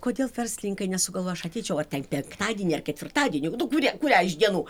kodėl verslininkai nesugalvoja aš ateičiau ar ten penktadienį ar ketvirtadienį nu kurią kurią iš dienų